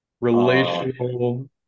relational